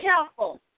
careful